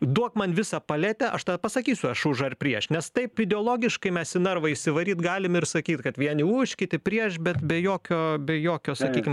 duok man visą paletę aš tada pasakysiu aš už ar prieš nes taip ideologiškai mes į narvą įsivaryt galim ir sakyt kad vieni už kiti prieš bet be jokio be jokio sakykim